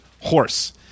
Horse